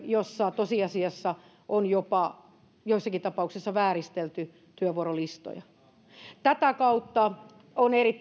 jossa tosiasiassa on joissakin tapauksissa jopa vääristelty työvuorolistoja tätä kautta on erittäin tärkeää